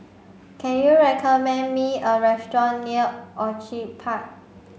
can you recommend me a restaurant near Orchid Park